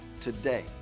Today